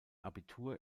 abitur